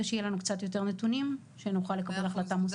שיהיה לנו קצת יותר נתונים שנוכל לקבל החלטה מושכלת.